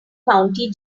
county